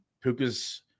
Puka's